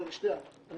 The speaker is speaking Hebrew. אני